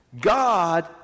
God